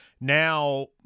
Now